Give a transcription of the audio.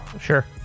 Sure